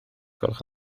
gwelwch